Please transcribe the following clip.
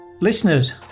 Listeners